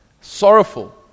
Sorrowful